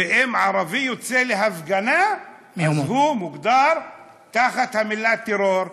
ואם ערבי יוצא להפגנה, הוא מוגדר במילה "טרור".